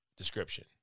description